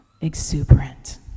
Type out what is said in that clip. exuberant